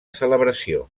celebració